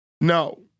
No